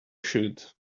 shoot